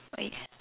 right